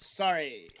sorry